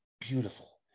Beautiful